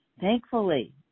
Thankfully